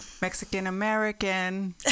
Mexican-American